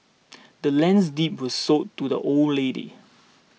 the land's deed was sold to the old lady